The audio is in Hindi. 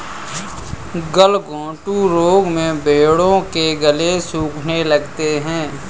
गलघोंटू रोग में भेंड़ों के गले सूखने लगते हैं